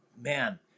man